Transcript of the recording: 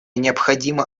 необходимо